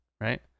right